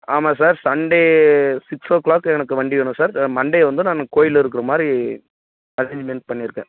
ஆமாம் sir Sunday six o'clock எனக்கு வண்டி வேணும் சார் மண்டே வந்து நான் கோயிலில் இருக்கிற மாதிரி அரேஞ்மெண்ட் பண்ணியிருக்கேன்